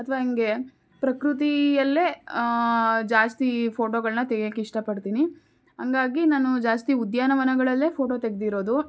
ಅಥವಾ ಹಿಂಗೆ ಪ್ರಕೃತಿಯಲ್ಲೆ ಜಾಸ್ತಿ ಫೋಟೊಗಳನ್ನ ತೆಗಿಯಕ್ಕೆ ಇಷ್ಟಪಡ್ತೀನಿ ಹಂಗಾಗಿ ನಾನು ಜಾಸ್ತಿ ಉದ್ಯಾನವನಗಳಲ್ಲೇ ಫೋಟೊ ತೆಗೆದಿರೋದು